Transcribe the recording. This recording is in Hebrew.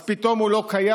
אז פתאום הוא לא קיים,